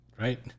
Right